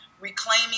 reclaiming